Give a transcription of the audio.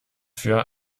für